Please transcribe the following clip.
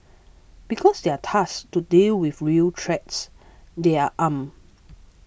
because they are tasked to deal with real threats they are armed